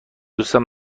دوستم